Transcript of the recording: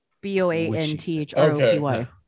B-O-A-N-T-H-R-O-P-Y